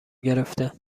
گرفته